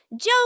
Joe